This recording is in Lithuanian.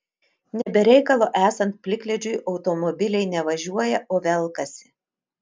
ne be reikalo esant plikledžiui automobiliai ne važiuoja o velkasi